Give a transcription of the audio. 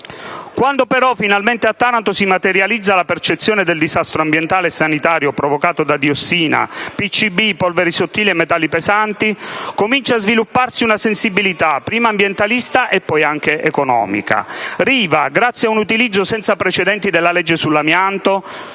Quando però finalmente a Taranto si materializza la percezione del disastro ambientale e sanitario provocato da diossina, PCB, polveri sottili e metalli pesanti, comincia a svilupparsi una sensibilità prima ambientalista e poi anche economica. Riva, grazie ad un utilizzo senza precedenti della legge sull'amianto,